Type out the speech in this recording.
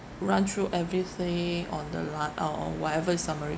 run through everything on the like or or whatever is summary